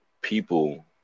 people